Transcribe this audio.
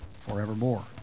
forevermore